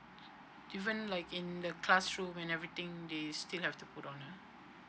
even like in the classroom and everything they still have to put on ah